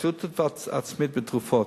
ההשתתפות העצמית בתרופות: